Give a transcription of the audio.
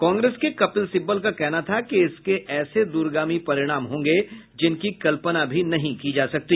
कांग्रेस के कपिल सिब्बल का कहना था कि इसके ऐसे द्रगामी परिणाम होंगे जिनकी कल्पना भी नहीं की जा सकती